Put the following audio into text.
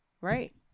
right